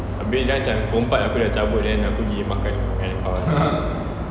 abeh then macam pukul empat aku dah cabut kan aku pergi makan dengan kawan aku